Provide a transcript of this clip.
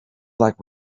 black